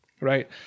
right